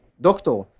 doctor